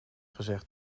gezegd